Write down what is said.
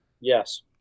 Yes